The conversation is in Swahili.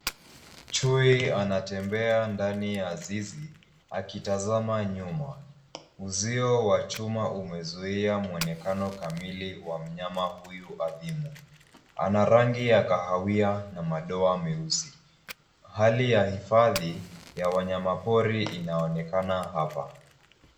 Chui anatembea ndani ya zizi akitazama nyuma. Uzio wa chuma umezuia mwonekano kamili wa mnyama huyu adimu. Ana rangi ya kahawia na madoa meusi. Hali ya hifadhi ya wanyamapori inaonekana hapa.